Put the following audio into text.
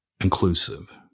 inclusive